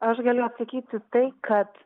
aš galiu atsakyti tai kad